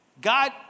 God